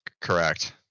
Correct